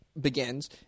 Begins